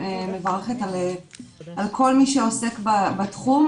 מברכת על כל מי שעוסק בתחום.